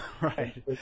right